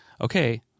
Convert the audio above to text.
okay